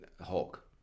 Hulk